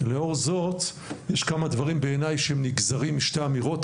לאור זאת בעיניי יש כמה דברים שהם נגזרים משתי אמירות.